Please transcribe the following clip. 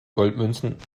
goldmünzen